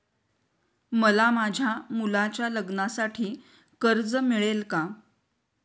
मला माझ्या मुलाच्या लग्नासाठी कर्ज मिळेल का?